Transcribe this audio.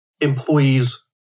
employees